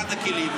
אחד הכלים,